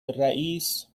رئیس